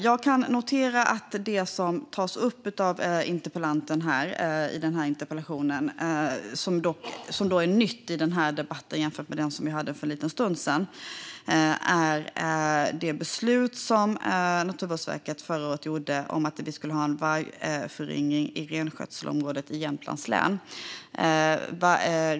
Jag noterar att det som tas upp av interpellanten och som är nytt i den här debatten jämfört med den som vi hade för en liten stund sedan är Naturvårdsverkets beslut från förra året om att det ska vara en vargföryngring i renskötselområdet i Jämtlands län.